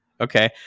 Okay